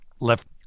left